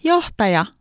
Johtaja